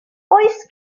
oes